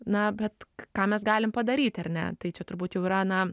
na bet ką mes galime padaryt ar ne tai čia turbūt jau yra na